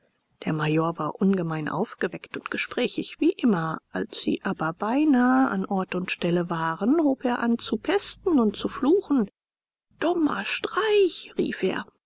der major war ungemein aufgeweckt und gesprächig wie immer als sie aber beinahe an ort und stelle waren hob er an zu pesten und zu fluchen dummer streich rief er